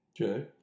Okay